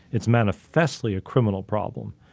it's manifestly a criminal problem.